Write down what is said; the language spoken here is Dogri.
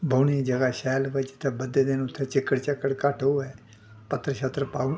बौह्ने गी ज'गा शैल भाई जित्थै बद्धे दे न उत्थै चिक्कड़ चक्कड़ घट्ट होऐ पत्तर शत्तर पा उड़े